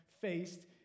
faced